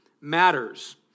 matters